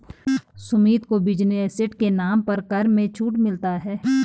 सुमित को business asset के नाम पर कर में छूट मिलता है